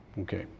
Okay